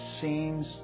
seems